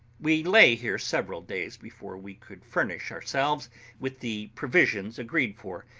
we lay here several days before we could furnish ourselves with the provisions agreed for,